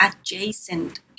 adjacent